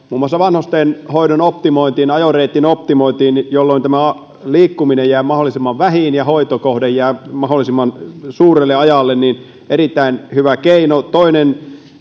muun muassa vanhustenhoidossa ajoreitin optimointiin jolloin tämä liikkuminen jää mahdollisimman vähiin ja hoitokohde jää mahdollisimman suurelle ajalle erittäin hyvä keino toinen